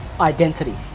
identity